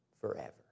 forever